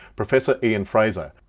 professor ian frazer.